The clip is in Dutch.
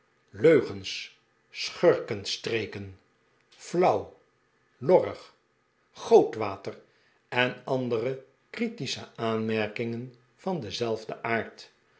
leugens schurkenstreken flauw lorrig gootwater en andeire critische aanmerkingen van denzelfden aafd